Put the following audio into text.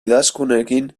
idazkunekin